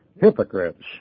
hypocrites